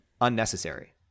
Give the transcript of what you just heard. unnecessary